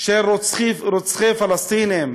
של רוצחי פלסטינים